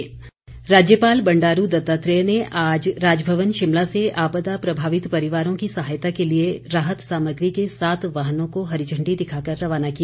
राज्यपाल राज्यपाल बंडारू दत्तात्रेय ने आज राजभवन शिमला से आपदा प्रभावित परिवारों की सहायता के लिए राहत सामग्री के सात वाहनों को हरी झण्डी दिखाकर रवाना किया